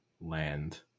land